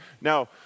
Now